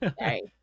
right